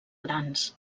grans